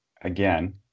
again